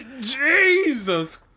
Jesus